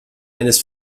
eines